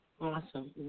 Awesome